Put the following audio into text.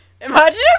Imagine